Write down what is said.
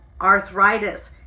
arthritis